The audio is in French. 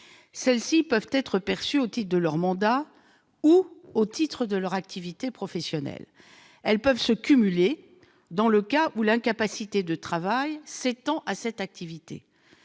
Celles-ci peuvent être perçues au titre de leur mandat ou au titre de leur activité professionnelle. Elles peuvent se cumuler dans le cas où l'incapacité de travail s'étend à cette activité.